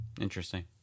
Interesting